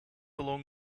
along